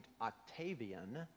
Octavian